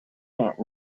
that